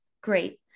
great